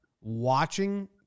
Watching